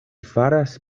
faras